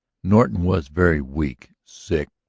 norton was very weak, sick,